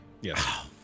Yes